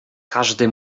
każdy